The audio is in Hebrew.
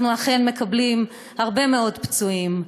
אנחנו אכן מקבלים הרבה מאוד פצועים.